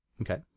Okay